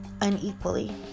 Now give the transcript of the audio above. unequally